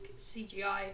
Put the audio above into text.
CGI